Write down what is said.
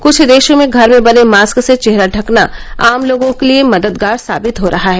क्छ देशों में घर में बने मास्क से चेहरा ढकना आम लोगों के लिए मददगार साबित हो रहा है